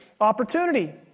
opportunity